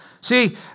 See